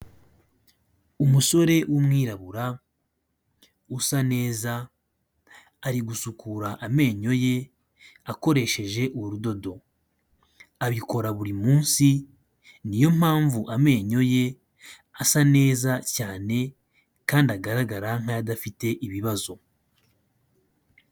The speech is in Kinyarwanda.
Umusore w'umwirabura usa neza ari gusukura amenyo ye akoresheje urudodo. Abikora buri munsi, niyo mpamvu amenyo ye asa neza cyane kandi agaragara nk'adafite ibibazo.